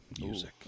music